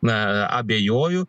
na abejoju